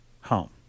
home